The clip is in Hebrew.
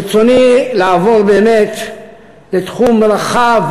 ברצוני לעבור באמת לתחום רחב,